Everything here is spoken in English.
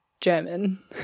German